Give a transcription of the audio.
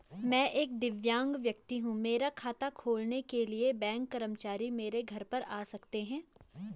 मैं एक दिव्यांग व्यक्ति हूँ मेरा खाता खोलने के लिए बैंक कर्मचारी मेरे घर पर आ सकते हैं?